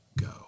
go